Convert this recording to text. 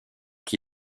qui